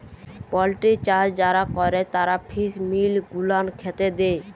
poultry চাষ যারা ক্যরে তারা ফিস মিল গুলান খ্যাতে দেই